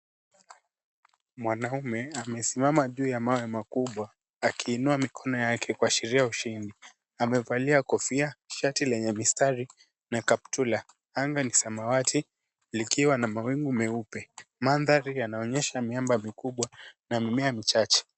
Mwanaume amesimama juu ya mawe makubwa akiinua mikono yake kuashiri aushindi, amevalia kofia, shati lenye mistari na kaptura. Anga ni samawati likiwa na mawingu meupe, madngari yanaonyesha miamba mikubwa na mimea michache.